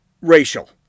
racial